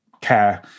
care